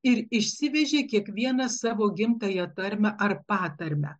ir išsivežė kiekvienas savo gimtąją tarmę ar patarmę